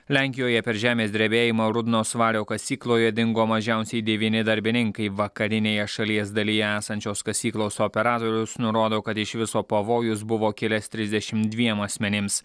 lenkijoje per žemės drebėjimą rudnos vario kasykloje dingo mažiausiai devyni darbininkai vakarinėje šalies dalyje esančios kasyklos operatorius nurodo kad iš viso pavojus buvo kilęs trisdešim dviem asmenims